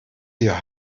hier